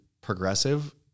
progressive